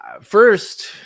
first